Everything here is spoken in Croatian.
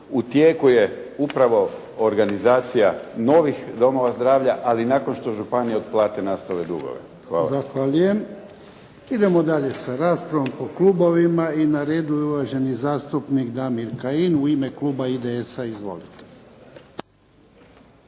tijeku je upravo organizacija novih domova razdoblja, ali nakon što županije otplate nastale dugove. Hvala. **Jarnjak, Ivan (HDZ)** Zahvaljujem. Idemo dalje sa raspravom po klubovima. Na redu je uvaženi zastupnik Damir Kajin, u ime klub a IDS-a. Izvolite.